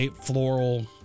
floral